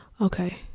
okay